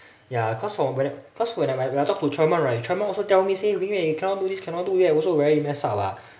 ya cause when I cause when I when I talk to treman right treman also tell me say ming wei cannot do this cannot do that also very messed up ah